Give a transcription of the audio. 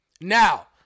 Now